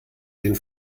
den